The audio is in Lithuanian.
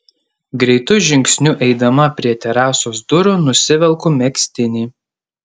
greitu žingsniu eidama prie terasos durų nusivelku megztinį